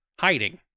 hiding